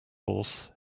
horse